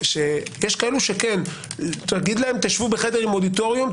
יש כאלה שתגיד להם: תשבו בחדר עם אודיטוריום,